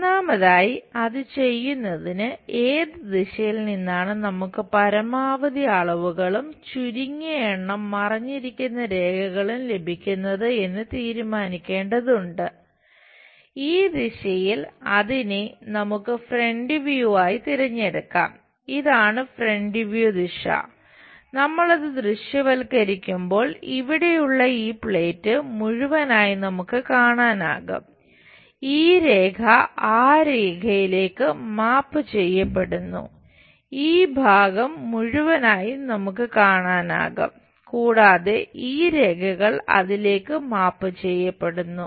ഒന്നാമതായി അത് ചെയ്യുന്നതിന് ഏത് ദിശയിൽ നിന്നാണ് നമുക്ക് പരമാവധി അളവുകളും ചുരുങ്ങിയ എണ്ണം മറഞ്ഞിരിക്കുന്ന രേഖകളും ലഭിക്കുന്നത് എന്ന് തീരുമാനിക്കേണ്ടതുണ്ട് ഈ ദിശയിൽ അതിനെ നമുക്ക് ഫ്രണ്ട് വ്യൂ ചെയ്യപ്പെടുന്നു